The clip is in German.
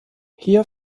hier